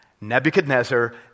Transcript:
Nebuchadnezzar